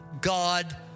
God